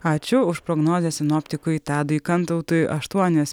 ačiū už prognozes sinoptikui tadui kantautui aštuonios